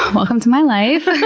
um welcome to my life.